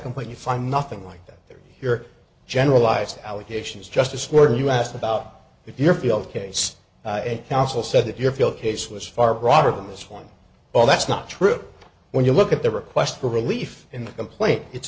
complaint you find nothing like that they're here generalized allegations justice were you asked about if your field case counsel said that your field case was far broader than this one all that's not true when you look at the request for relief in the complaint it's